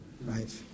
Right